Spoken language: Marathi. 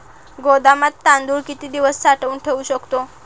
गोदामात तांदूळ किती दिवस साठवून ठेवू शकतो?